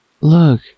Look